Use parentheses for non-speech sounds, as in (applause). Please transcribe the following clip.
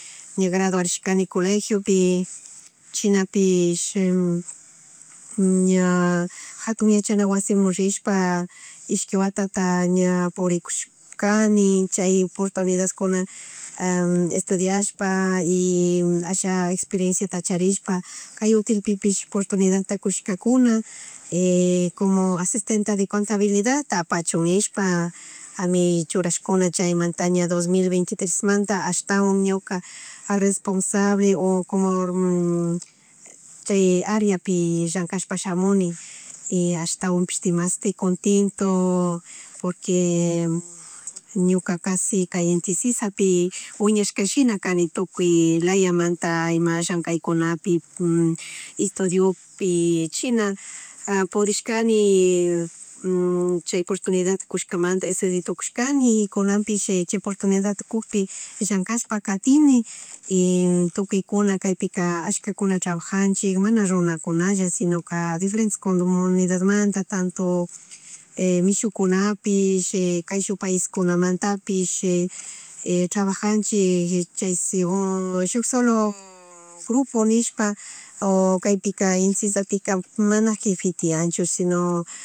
Ña graduarishkani colegiopi shinapish, (hesitation) ña jatun yachana wasimun rishpa ishki watata rishpa (noise) ishi watata ña purikushkani chay oportunidadkuna (hesitation) estudashpa y asha experienciata charishpa kay Hotelpipish portunidad kushkakuna (hesitation) como asistente de contabilidad apachun nishpa (noise) mi churashkuna chaymanta ña dos mil vente y tres manta ashtawan ñuka (noise) responsable o como (hesitation) chay areapi llankcashpa shamuni y ashtawanpish demashtik contento porque ñukaka kashi kay inti sisapi wiñashka shina kani tukuy layamanta ima llankaykunapi, estudiopi china a pudishkani chay portunidad kushkamanta estudiatukushkani y kunanpish chi oportunidadta kugpi (noise) llankallshpa katini y tukuykuna kaypika ashkakuna trabajanchik mana runakunalla sinoka diferentes comunidadmanta, tanto (hesitation) mishukupish (noise) kayshuk país kunamantapish (noise) trabajanchik y chay según shuk solo grupo nishpa o kaypika inti sisapika mana jefe tiyanchu sino